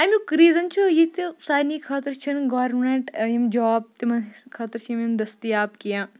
اَمیُک ریٖزَن چھُ یہِ تہِ سارنی خٲطرٕ چھِنہٕ گورمٮ۪نٛٹ یِم جاب تِمَن خٲطرٕ چھِنہٕ دٔستِیاب کینٛہہ